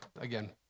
again